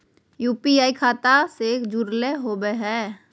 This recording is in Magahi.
यू.पी.आई खतबा से जुरल होवे हय?